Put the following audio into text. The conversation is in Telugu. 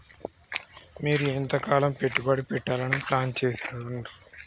మీరు ఎంతకాలం పెట్టుబడి పెట్టాలని ప్లాన్ చేస్తున్నారు?